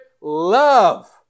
love